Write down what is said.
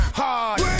hard